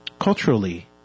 culturally